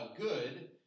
good